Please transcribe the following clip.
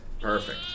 perfect